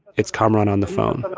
it's kamaran on the phone